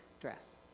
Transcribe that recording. dress